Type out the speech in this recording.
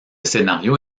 scénario